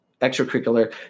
extracurricular